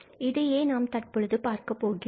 இதையே நாம் தற்பொழுது பார்க்கப்போகிறோம்